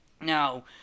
Now